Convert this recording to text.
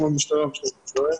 אנחנו ממשטרת ישראל.